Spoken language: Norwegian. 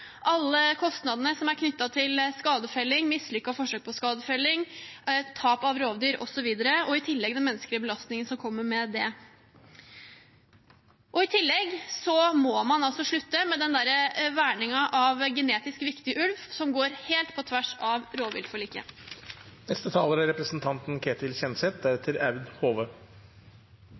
alle kostnadene som er knyttet til skadefelling, mislykket forsøk på skadefelling, tap av rovdyr osv. og i tillegg den menneskelige belastningen som kommer med det. I tillegg må man slutte med den verningen av genetisk viktig ulv, som går helt på tvers av rovviltforliket. Behandling av rovviltsaker er